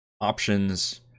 options